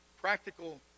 practical